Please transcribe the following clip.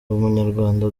umunyarwanda